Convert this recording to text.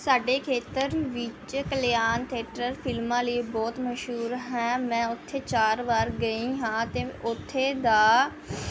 ਸਾਡੇ ਖੇਤਰ ਵਿੱਚ ਕਲਿਆਣ ਥੀਏਟਰ ਫਿਲਮਾਂ ਲਈ ਬਹੁਤ ਮਸ਼ਹੂਰ ਹੈ ਮੈਂ ਉੱਥੇ ਚਾਰ ਵਾਰ ਗਈ ਹਾਂ ਅਤੇ ਉੱਥੇ ਦਾ